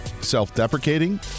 self-deprecating